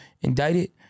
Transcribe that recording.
indicted